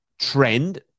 trend